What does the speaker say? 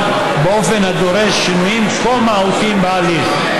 באופן הדורש שינויים כה מהותיים בעליל.